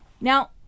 Now